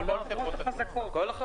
שלוש חברות --- כל החברות.